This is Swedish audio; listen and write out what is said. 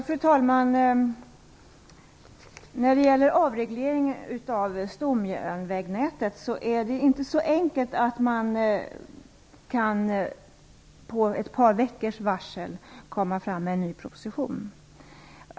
Fru talman! När det gäller avreglering av stomjärnvägsnätet är det inte så enkelt att man med ett par veckors varsel kan lägga fram en ny proposition.